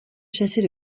chasser